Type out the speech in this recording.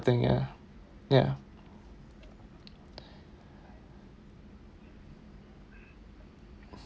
then ya ya